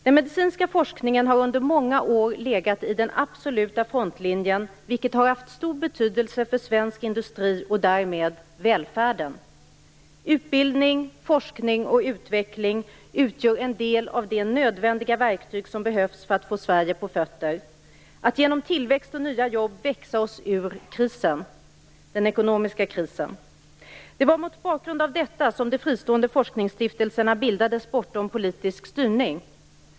Den medicinska forskningen har under många år legat i den absoluta frontlinjen, vilket har haft stor betydelse för svensk industri och därmed välfärden. Utbildning, forskning och utveckling utgör en del av de nödvändiga verktyg som behövs för att få Sverige på fötter, för att vi genom tillväxt och nya jobb skall kunna växa oss ur den ekonomiska krisen. Det var mot bakgrund av detta som de fristående forskningsstiftelserna bildades, bortom politisk styrning.